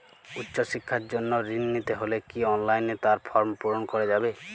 উচ্চশিক্ষার জন্য ঋণ নিতে হলে কি অনলাইনে তার ফর্ম পূরণ করা যাবে?